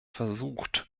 versucht